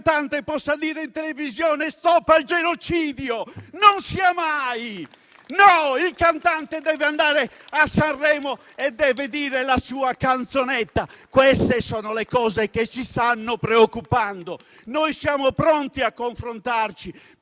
un cantante possa dire in televisione "stop al genocidio", non sia mai, no! Il cantante deve andare a Sanremo e deve dire la sua canzonetta. Queste sono le cose che ci stanno preoccupando. Noi siamo pronti a confrontarci